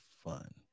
fun